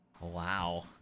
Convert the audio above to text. wow